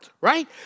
right